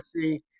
see